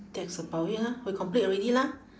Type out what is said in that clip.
that's about it lah we complete already lah